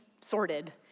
sorted